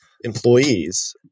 employees